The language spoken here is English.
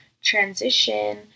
transition